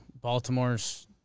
Baltimore's